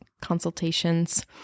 consultations